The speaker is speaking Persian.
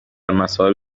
مسائل